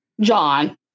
john